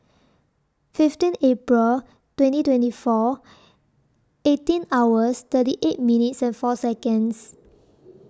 fifteen April twenty twenty four eighteen hours thirty eight minutes and four Seconds